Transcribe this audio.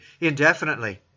indefinitely